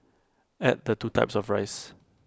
add the two types of rice